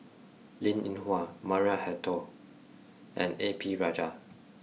Linn In Hua Maria Hertogh and A P Rajah